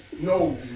No